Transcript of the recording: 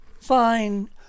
fine